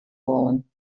wollen